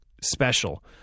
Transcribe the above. special